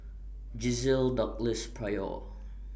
Gisele Douglas Pryor